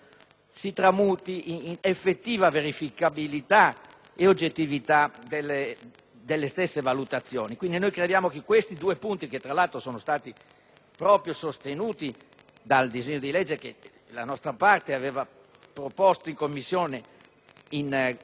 si tramuti in effettiva verificabilità ed oggettività delle valutazioni. Noi crediamo che questi due punti, che tra l'altro sono stati sostenuti nel disegno di legge che la nostra parte aveva proposto in Commissione in dialettica